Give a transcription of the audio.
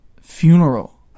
funeral